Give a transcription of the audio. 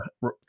Right